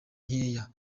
nkeya